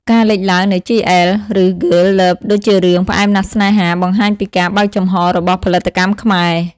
ការលេចឡើងនៃ GL ឬ Girls Love ដូចជារឿង "ផ្អែមណាស់ស្នេហា" បង្ហាញពីការបើកចំហររបស់ផលិតកម្មខ្មែរ។